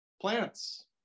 plants